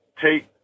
take